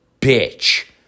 bitch